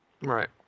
right